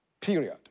Period